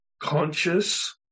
conscious